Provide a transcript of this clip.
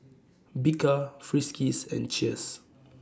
Bika Friskies and Cheers